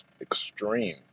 extreme